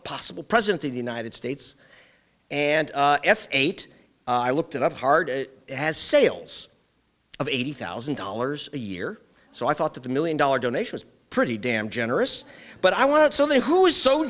possible president of the united states and f eight i looked it up hard it has sales of eighty thousand dollars a year so i thought that the million dollar donation is pretty damn generous but i want something who is so